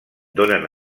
donen